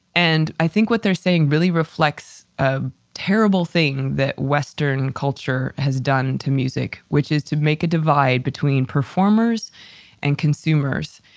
and i think what they're saying really reflects a terrible thing that western culture has done to music, which is to make a divide between performers and consumers.